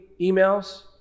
emails